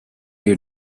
you